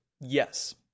yes